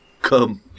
Come